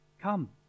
come